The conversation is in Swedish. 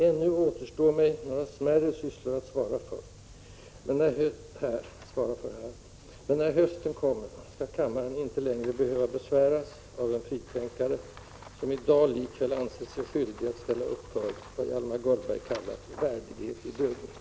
Ännu återstår mig några smärre sysslor att svara för, men när hösten kommer skall kammaren inte längre behöva besväras av en fritänkare, som i dag likväl ansett sig skyldig att ställa upp för vad Hjalmar Gullberg kallat ”värdighet i döden”.